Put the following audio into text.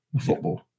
football